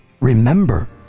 remember